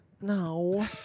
No